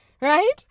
right